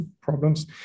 problems